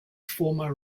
former